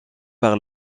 par